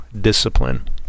discipline